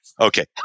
Okay